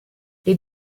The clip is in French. les